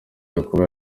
gakuba